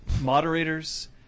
Moderators